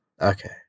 okay